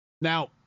now